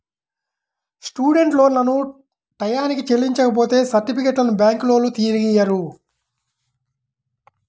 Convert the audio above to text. student లోన్లను టైయ్యానికి చెల్లించపోతే సర్టిఫికెట్లను బ్యాంకులోల్లు తిరిగియ్యరు